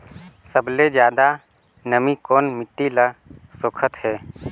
सबले ज्यादा नमी कोन मिट्टी ल सोखत हे?